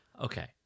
Okay